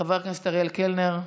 חבר הכנסת אריאל קלנר,